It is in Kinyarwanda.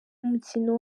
umukino